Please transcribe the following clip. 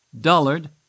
dullard